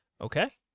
okay